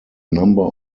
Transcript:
number